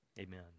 amen